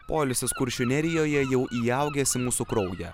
poilsis kuršių nerijoje jau įaugęs į mūsų kraują